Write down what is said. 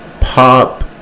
pop